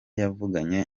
yavuganye